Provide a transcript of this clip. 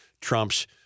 Trump's